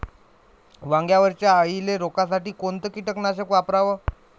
वांग्यावरच्या अळीले रोकासाठी कोनतं कीटकनाशक वापराव?